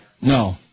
No